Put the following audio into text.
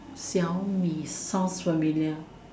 xiao-mi sounds familiar